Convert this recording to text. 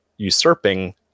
usurping